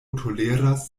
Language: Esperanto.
toleras